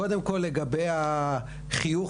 קודם כל לגבי החיוך,